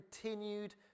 continued